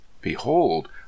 Behold